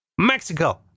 Mexico